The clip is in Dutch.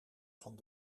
van